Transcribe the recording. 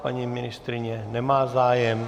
Paní ministryně nemá zájem.